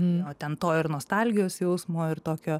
nu o ten to ir nostalgijos jausmo ir tokio